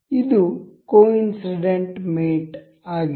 ಇದು ಕೊಇನ್ಸಿಡೆಂಟ್ ಮೇಟ್ ಆಗಿತ್ತು